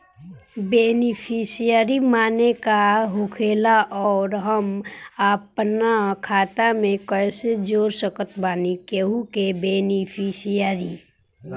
Beneficiary माने का होखेला और हम आपन खाता मे कैसे जोड़ सकत बानी केहु के बेनीफिसियरी?